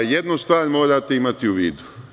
Jednu stvar morate imati u vidu.